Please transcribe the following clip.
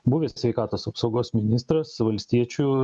buvęs sveikatos apsaugos ministras valstiečių